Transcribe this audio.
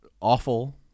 awful